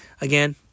Again